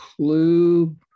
clue